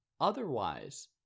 Otherwise